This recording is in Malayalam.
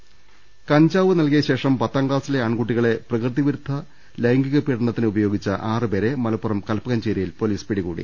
രുട്ട്ട്ട്ട്ട്ട്ട്ട കഞ്ചാവ് നൽകിയ ശേഷം പത്താംക്ലാസിലെ ആൺകുട്ടികളെ പ്രകൃതി വിരുദ്ധ ലൈംഗികപീഡനത്തിന് ഉപയോഗിച്ച ആറുപേരെ മലപ്പുറം കൽപ്പ കഞ്ചേരിയിൽ പൊലീസ് പിടികൂടി